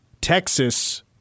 Texas